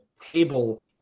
table